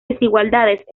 desigualdades